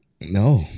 No